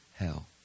Hell